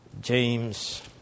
James